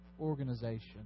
organization